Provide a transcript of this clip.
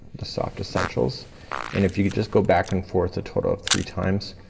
the soft essentials and if you just go back and forth a total of three times